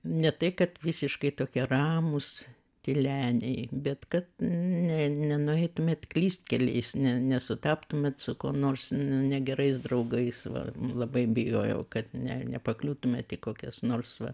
ne tai kad visiškai tokie ramūs tyleniai bet kad ne nenueitumėt klystkeliais ne nesutaptumėt su kuo nors nu negerais draugais va labai bijojau kad ne nepakliūtumėt į kokias nors va